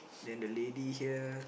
then the lady here